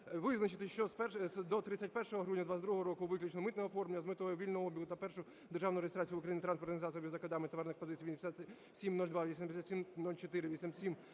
"Визначити, що до 31 грудня 2022 року включно, митне оформлення з метою вільного обігу та першу державну реєстрацію в Україні транспортних засобів за кодами товарних позицій 8702, 8704,